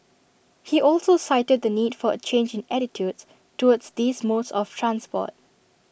he also cited the need for A change in attitudes towards these modes of transport